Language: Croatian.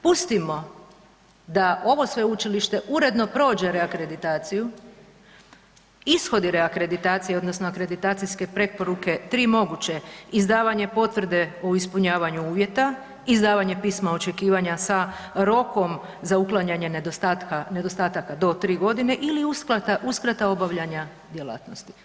Pustimo da ovo sveučilište uredno prođe reakreditaciju, ishodi reakreditacije odnosno akreditacijske preporuke 3 moguće, izdavanje potvrde o ispunjavanju uvjeta, izdavanje pisma očekivanja sa rokom za uklanjanje nedostatka, nedostataka do 3.g. ili uskrata obavljanja djelatnosti.